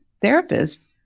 therapist